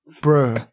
bro